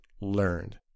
learned